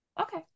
Okay